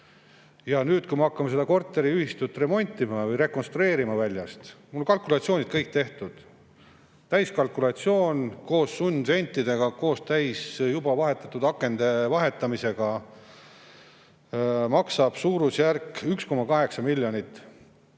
Nüüd, kui me hakkame seda korteriühistut remontima või rekonstrueerima väljast, mul on kalkulatsioonid kõik tehtud: täiskalkulatsioon koos sundventidega, koos juba vahetatud akende vahetamisega maksab suurusjärgus 1,8 miljonit